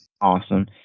Awesome